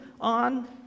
on